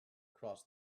across